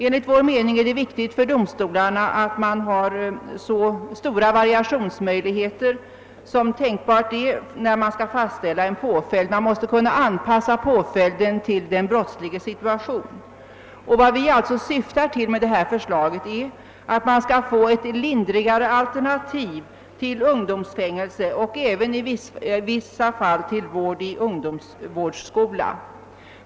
Enligt vår mening är det viktigt för domstolarna att man har så stora variationsmöjligheter som tänkbart är när man skall fastställa en påföljd. Man måste kunna anpassa påföljden till den brottsliges situation. Vad vi alltså syftar till med detta förslag är att man skall få ett lindrigare alternativ till ungdomsfängelse och även i vissa fall till vård i ungdomsvårdsskola.